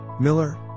Miller